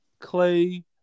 Clay